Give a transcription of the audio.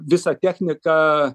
visą techniką